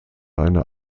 einer